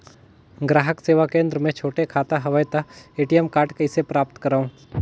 ग्राहक सेवा केंद्र मे छोटे खाता हवय त ए.टी.एम कारड कइसे प्राप्त करव?